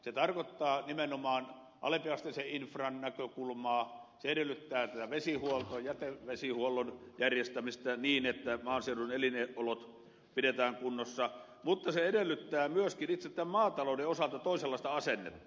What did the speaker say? se tarkoittaa nimenomaan alempiasteisen infran näkökulmaa se edellyttää tätä vesihuoltoa jätevesihuollon järjestämistä niin että maaseudun elinolot pidetään kunnossa mutta se edellyttää myöskin itse tämän maatalouden osalta toisenlaista asennetta